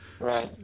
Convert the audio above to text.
Right